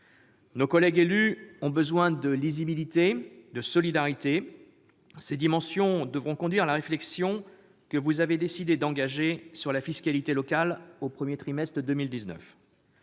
Nos collègues élus ont besoin de lisibilité, de solidarité. Ces dimensions devront conduire la réflexion que vous avez décidé d'engager sur la fiscalité locale au premier trimestre de 2019.